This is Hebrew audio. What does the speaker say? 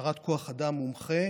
והכשרת כוח אדם מומחה,